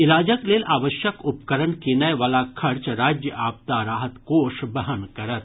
इलाजक लेल आवश्यक उपकरण कीनय वला खर्च राज्य आपदा राहत कोष वहन करत